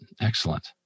Excellent